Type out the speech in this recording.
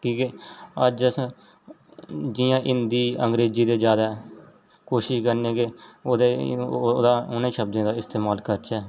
की के अज्ज अस जि'यां हिंदी अंग्रेज़ी दे जादै कोशिश करने के ओह्दे ओह्दा उ'नें शब्दें दा इस्तेमाल करचै